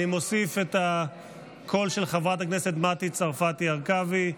אני מוסיף את הקול של חברת הכנסת מטי צרפתי הרכבי.